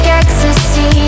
ecstasy